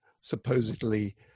supposedly